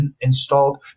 installed